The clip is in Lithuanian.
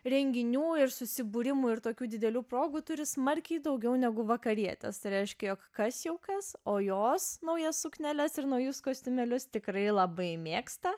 renginių ir susibūrimų ir tokių didelių progų turi smarkiai daugiau negu vakarietės tai reiškia jog kas jau kas o jos naujas sukneles ir naujus kostiumėlius tikrai labai mėgsta